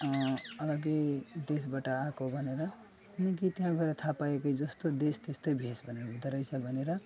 अलग्गै देशबाट आएको भनेर अनि कि त्यहाँ गएर थाहा पायौँ कि जस्तो देश त्यस्तै भेष भनेर हुँदो रहेछ भनेर